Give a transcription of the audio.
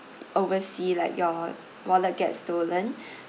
oversea like your wallet gets stolen